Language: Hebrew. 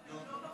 נו?